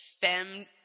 fem